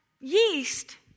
yeast